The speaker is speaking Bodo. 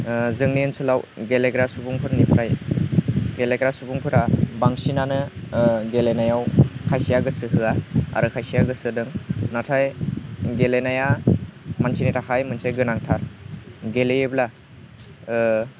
जोंनि ओनसोलाव गेलेग्रा सुबुंफोरा बांसिनानो गेलेनायाव खायसेया गोसो होया आरो खायसेया गोसो होदों नाथाय गेलेनाया मानसिनि थाखाय मोनसे गोनांथार गेलेयोब्ला